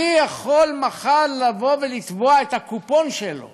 מי יכול מחר לבוא ולתבוע את הקופון שלו